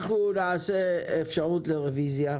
אנחנו נעשה אפשרות לרוויזיה.